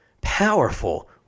powerful